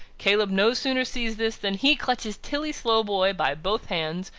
caleb no sooner sees this than he clutches tilly slowboy by both hands,